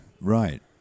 Right